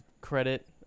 credit